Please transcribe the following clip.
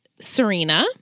Serena